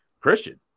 Christian